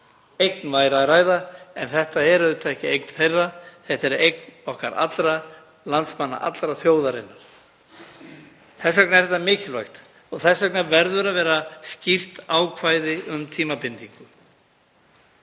eign væri að ræða. En þetta er auðvitað ekki eign þeirra. Þetta er eign okkar allra, landsmanna allra, þjóðarinnar. Þess vegna er þetta mikilvægt og þess vegna verður að vera skýrt ákvæði um tímabindingu.